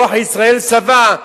רוח ישראל-סבא,